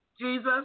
Jesus